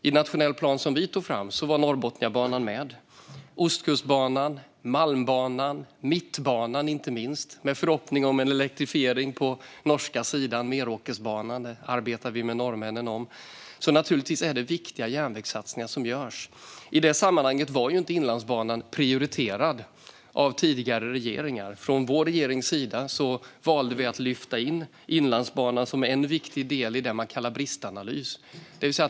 I nationell plan som vi tog fram var Norrbotniabanan med. Det handlar om Ostkustbanan, Malmbanan och inte minst Mittbanan, med en förhoppning om en elektrifiering på norska sidan av Meråkersbanan. Det arbetar vi med norrmännen om. Naturligtvis är det viktiga järnvägssatsningar som görs. I det sammanhanget var Inlandsbanan inte prioriterad av tidigare regeringar. Från vår regerings sida valde vi att lyfta in Inlandsbanan som en viktig del i det man kallar bristanalys.